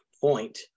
point